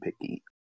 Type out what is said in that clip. picky